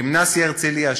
גימנסיה "הרצליה",